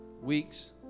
Weeks